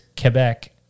Quebec